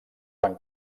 van